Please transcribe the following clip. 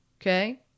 Okay